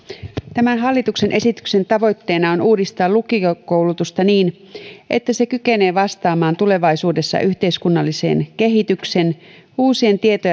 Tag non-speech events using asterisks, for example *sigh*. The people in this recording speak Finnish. tämän hallituksen esityksen tavoitteena on uudistaa lukiokoulutusta niin että se kykenee vastaamaan tulevaisuudessa yhteiskunnallisen kehityksen uusien tieto *unintelligible*